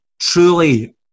truly